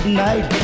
night